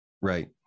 Right